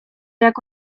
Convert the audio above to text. jak